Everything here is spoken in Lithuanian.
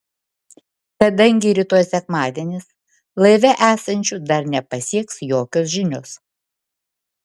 kadangi rytoj sekmadienis laive esančių dar nepasieks jokios žinios